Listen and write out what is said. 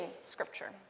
scripture